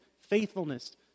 faithfulness